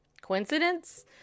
Coincidence